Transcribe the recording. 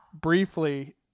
briefly